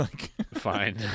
fine